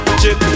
chip